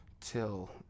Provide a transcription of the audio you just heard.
till